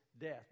death